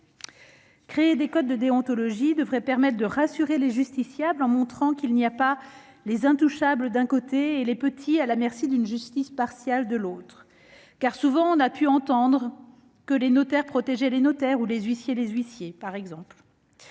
Créer des codes de déontologie devrait permettre de rassurer les justiciables en montrant qu'il n'y a pas les intouchables, d'un côté, et les petits à la merci d'une justice partiale, de l'autre. Souvent, on a pu entendre que les notaires protégeaient les notaires ou les huissiers, les huissiers, par exemple.